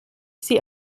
sie